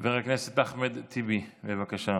חבר הכנסת אחמד טיבי, בבקשה.